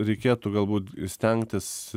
reikėtų galbūt stengtis